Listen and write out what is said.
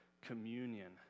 communion